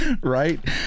right